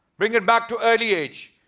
bring it back to early age.